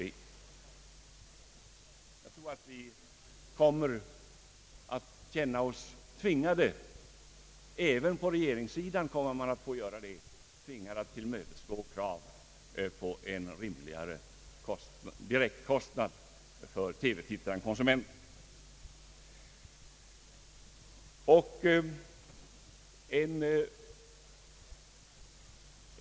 Jag tror att vi kommer att känna oss tvingade — även regeringen kommer att få göra det — att tillmötesgå krav på en rimligare direktkostnad för konsumenten-TV-tittaren.